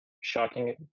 shocking